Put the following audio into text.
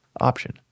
option